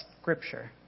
Scripture